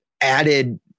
added